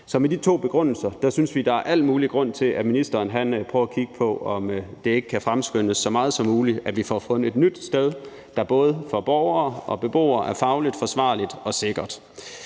Så med de to begrundelser synes vi, at der er al mulig grund til, at ministeren prøver at kigge på, om det ikke kan fremskyndes så meget som muligt, at vi får fundet et nyt sted, der både for borgere og beboere er fagligt forsvarligt og sikkert.